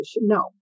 no